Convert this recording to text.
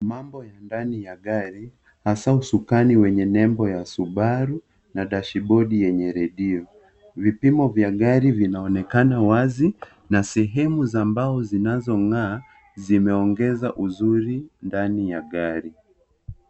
Mambo ya ndani ya gari, hasa usukani wenye nembo ya Subaru na dashibodi yenye redio. Vipimo vya gari vinaonekana wazi na sehemu za mbao zinazong'aa zimeongeza uzuri ndani ya gari.